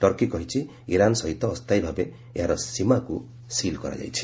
Turkey କହିଛି Iran ସହିତ ଅସ୍ଥାୟୀ ଭାବେ ଏହାର ସୀମାକୁ ସିଲ୍ କରାଯାଇଛି